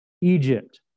Egypt